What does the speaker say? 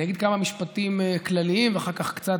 אני אגיד כמה משפטים כלליים ואחר כך קצת